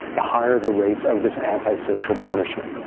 the higher the rates of this anti-social punishment,